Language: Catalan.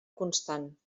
constant